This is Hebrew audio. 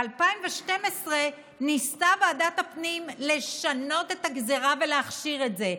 ב-2012 ניסתה ועדת הפנים לשנות את הגזרה ולהכשיר את זה,